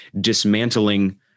dismantling